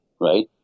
Right